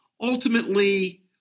ultimately